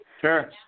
Sure